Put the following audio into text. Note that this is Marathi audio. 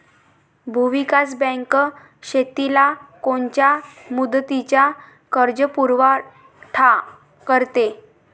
भूविकास बँक शेतीला कोनच्या मुदतीचा कर्जपुरवठा करते?